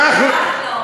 כחלון.